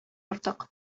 артык